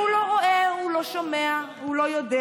הוא לא רואה, הוא לא שומע, הוא לא יודע.